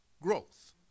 growth